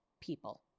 people